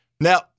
Now